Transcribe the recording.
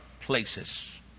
places